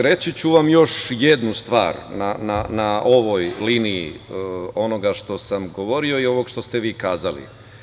Reći ću vam još jednu stvar na ovoj liniji onoga što sam govorio i onoga što ste vi kazali.